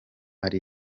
ari